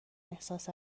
احساس